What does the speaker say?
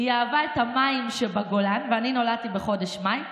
היא אהבה את המים שבגולן ואני נולדתי בחודש מאי,